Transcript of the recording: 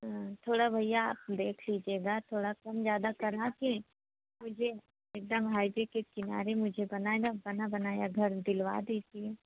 थोड़ा भैया आप देख लीजिएगा थोड़ा कम ज़्यादा कराके मुझे एकदम हाईवे के किनारे मुझे बना बनाया घर दिलवा दीजिए